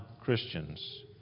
Christians